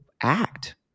act